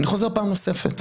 אני חוזר פעם נוספת.